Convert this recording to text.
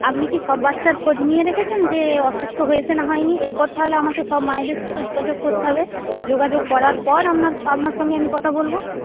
আপনি কি সব বাচ্চার খোঁজ নিয়ে রেখেছেন যে অসুস্থ হয়েছে না হয়নি এরপর তাহলে আমাকে সব মায়েদের সঙ্গে যোগাযোগ করতে হবে যোগাযোগ করার পর আপনার আপনার সঙ্গে আমি কথা বলব